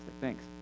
thanks